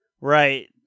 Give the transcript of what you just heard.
right